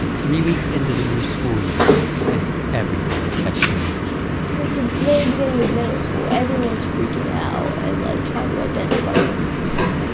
three weeks into the new school year and everything had changed. it's like the very beginning of middle school. everyone's freaking out and like, trying to identify their groups.